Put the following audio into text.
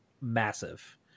massive